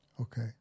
Okay